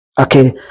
Okay